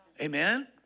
Amen